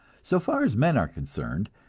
so far as men are concerned,